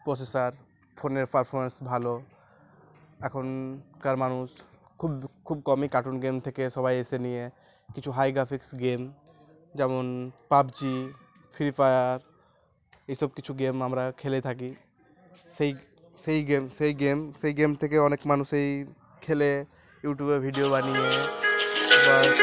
processor ফোনের performance ভালো এখনকার মানুষ খুব খুব কমই কার্টুন গেম থেকে সবাই এসে নিয়ে কিছু হাই গ্রাফিক্স গেম যেমন পাবজি ফ্রিফায়ার এইসব কিছু গেম আমরা খেলে থাকি সেই সেই গেম সেই গেম সেই গেম থেকে অনেক মানুষই খেলে ইউটিউবে ভিডিও বানিয়ে বা